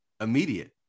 immediate